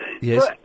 Yes